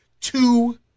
two